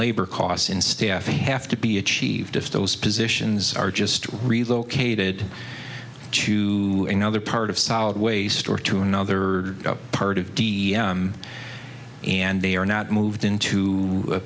labor costs in staffing have to be achieved if those positions are just relocated to another part of solid waste or to another part of and they are not moved into a